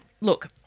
look